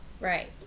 right